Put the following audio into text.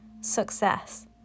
success